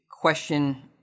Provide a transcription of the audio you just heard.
question